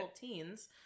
teens